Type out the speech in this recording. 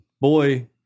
boy